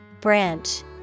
Branch